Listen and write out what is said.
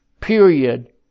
period